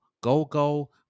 go-go